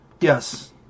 Yes